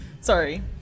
Sorry